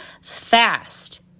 fast